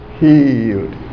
healed